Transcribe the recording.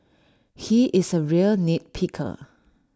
he is A real nit picker